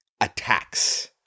attacks